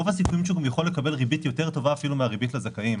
רוב הסיכויים שהוא גם יכול לקבל ריבית יותר טובה אפילו מהריבית לזכאים,